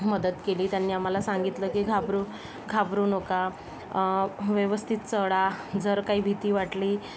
मदत केली त्यांनी आम्हाला सांगितलं की घाबरून घाबरू नका व्यवस्थित चढा जर काही भीती वाटली तर